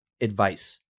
advice